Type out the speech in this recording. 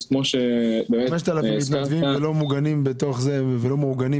אז כמו שהזכרת --- 5,000 מתנדבים והם לא מעוגנים בתוך החלטת